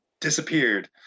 disappeared